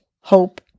hope